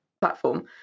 platform